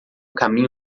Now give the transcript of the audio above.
caminho